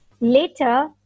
Later